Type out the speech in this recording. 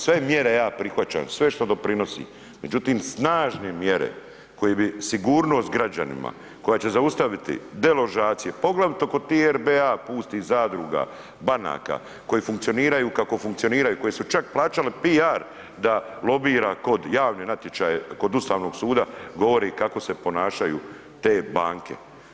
Sve mjere ja prihvaćam, svi što doprinosi, međutim snažne mjere koje bi sigurnost građanima koja će zaustaviti deložacije, poglavito kod tih RBA pustih zadruga, banaka koje funkcioniraju kako funkcioniraju koje su čak plaćale PR da lobira kod javnih natječaja kod Ustavnog suda govore kako se ponašaju te banke.